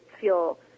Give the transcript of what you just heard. feel